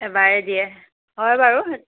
এবাৰেই দিয়ে হয় বাৰু